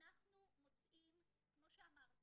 כמו שאמרתי,